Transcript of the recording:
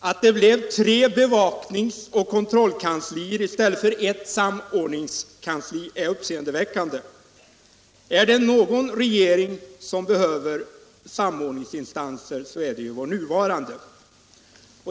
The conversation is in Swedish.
Att det blev tre bevakningsoch kontrollkanslier i stället för ett samordningskansli är uppseendeväckande. Är det någon regering som behöver samordningsinstanser så är det ju vår nuvarande.